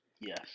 Yes